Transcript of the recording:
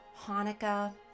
Hanukkah